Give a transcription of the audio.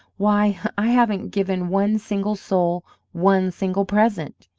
why, i haven't given one single soul one single present!